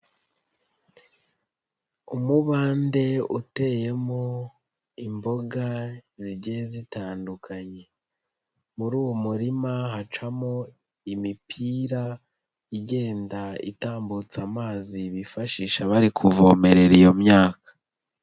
Umubande uteyemo imboga zigiye zitandukanye. Muri uwo murima hacamo imipira, igenda itambutsa amazi bifashisha bari kuvomerera iyo myaka.